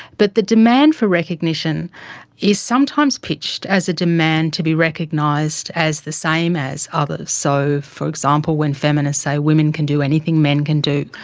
but the demand for recognition is sometimes pitched as a demand to be recognized as the same as others so, for example, when feminists say women can do anything men can do,